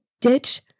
ditch